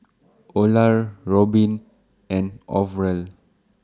Olar Robin and Orval